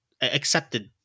accepted